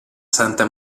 santa